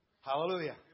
Hallelujah